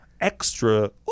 extra